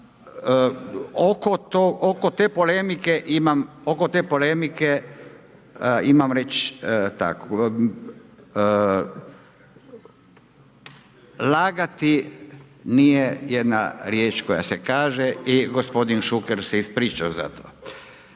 Oko te polemike, lagati nije jedna riječ koja se kaže i gospodin Šuker se ispričao za to.